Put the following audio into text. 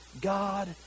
god